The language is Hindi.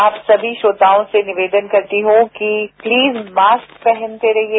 आप सभी से निवेदन करती हूं कि प्लीज मास्क पहनते रहिए